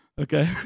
okay